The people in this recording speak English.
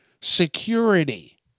security